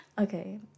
Okay